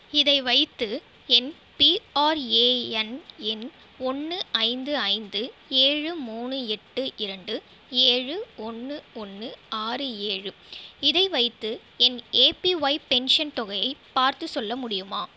இதை வைத்து என் பிஆர்ஏஎன் எண் ஒன்று ஐந்து ஐந்து ஏழு மூணு எட்டு இரண்டு ஏழு ஒன்று ஒன்று ஆறு ஏழு இதை வைத்து என் ஏபிஒய் பென்ஷன் தொகையை பார்த்து சொல்ல முடியுமா